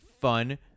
fun